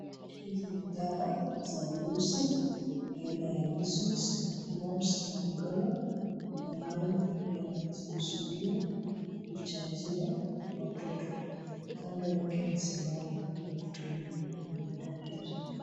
Hizi ni dawa ya virusi aina ya measles, mumps na rubella ambayo yanakusudia kuchanjia watoto. Kando yake ni sindano ya kutumiwa na dawa hizo.